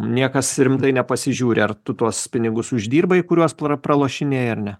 niekas rimtai nepasižiūri ar tu tuos pinigus uždirbai kuriuos pra pralošinėji ar ne